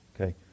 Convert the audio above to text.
Okay